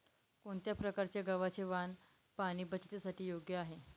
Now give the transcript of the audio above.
कोणत्या प्रकारचे गव्हाचे वाण पाणी बचतीसाठी योग्य आहे?